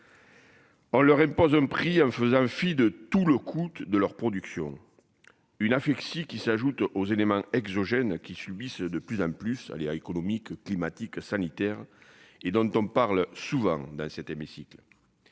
On leur impose un prix, en faisant fi de tout le coût de leur production. Une affection qui s'ajoutent aux éléments exogènes qui subissent de plus en plus aléas économiques climatiques, sanitaires et dont on parle souvent dans cet hémicycle.